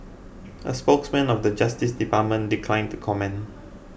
a spokesman of the Justice Department declined to comment